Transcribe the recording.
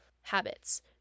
habits